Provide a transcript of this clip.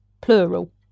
Plural